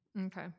Okay